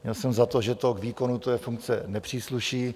Měl jsem za to, že to výkonu té funkce nepřísluší.